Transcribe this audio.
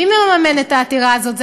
מי מממן את העתירה הזאת?